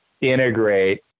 integrate